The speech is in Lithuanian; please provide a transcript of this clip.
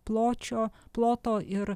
pločio ploto ir